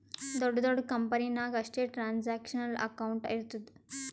ದೊಡ್ಡ ದೊಡ್ಡ ಕಂಪನಿ ನಾಗ್ ಅಷ್ಟೇ ಟ್ರಾನ್ಸ್ಅಕ್ಷನಲ್ ಅಕೌಂಟ್ ಇರ್ತುದ್